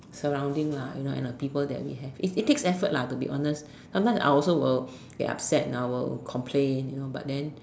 surrounding lah you know and the people that we have it takes effort lah to be honest sometimes I will also will get upset and I will complain you known but then